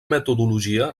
metodologia